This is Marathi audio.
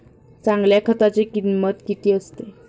चांगल्या खताची किंमत किती असते?